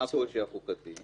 מה הקושי החוקתי?